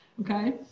okay